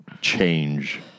change